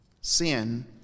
Sin